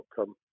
outcome